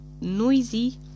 Noisy